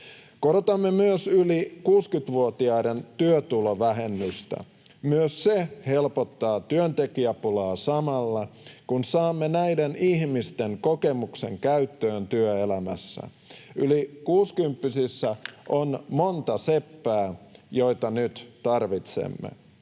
Korotamme myös yli 60-vuotiaiden työtulovähennystä. Myös se helpottaa työntekijäpulaa samalla, kun saamme näiden ihmisten kokemuksen käyttöön työelämässä. Yli kuusikymppisissä on monta seppää, joita nyt tarvitsemme.